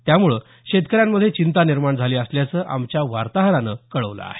यामुळे शेतकऱ्यांमध्ये चिंता निर्माण झाली असल्याचं आमच्या वार्ताहरानं कळवलं आहे